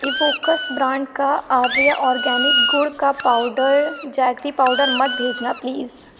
ایووکس brand کا Arya organic گڑ کا پاؤڈر جیگری پاؤڈر مت بھیجنا پلیز